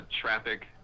traffic